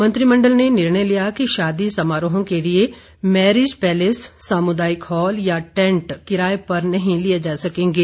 मंत्रिमंडल ने निर्णय लिया कि शादी समारोहों के लिए मैरिज पैलेस सामुदायिक हॉल या टेंट किराये पर नहीं लिये जा सकेंगे